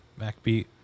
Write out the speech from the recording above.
MacBeat